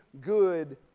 good